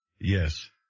Yes